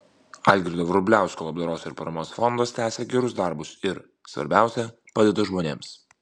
algirdo vrubliausko labdaros ir paramos fondas tęsia gerus darbus ir svarbiausia padeda žmonėms